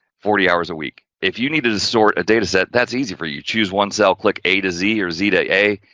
forty hours a week. if you need to distort a data set, that's easy for you, choose one cell, click a to z, or z to a,